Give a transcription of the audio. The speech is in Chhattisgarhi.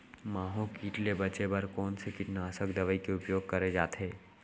माहो किट ले बचे बर कोन से कीटनाशक दवई के उपयोग करे जाथे?